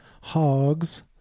hogs